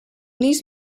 these